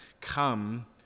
come